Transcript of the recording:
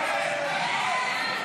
הוועדה,